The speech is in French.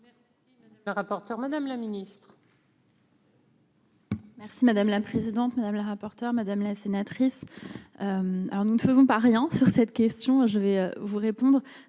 Merci madame la présidente, madame la rapporteure, madame la sénatrice. Alors, nous ne faisons pas rien sur cette question, je vais vous répondre